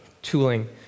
tooling